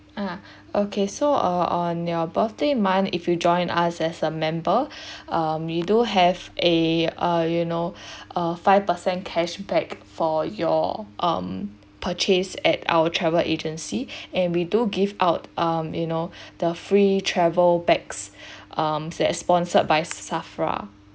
ah okay so uh on your birthday month if you join us as a member um we do have a uh you know uh five percent cashback for your um purchase at our travel agency and we do give out um you know the free travel bags um that sponsored by safra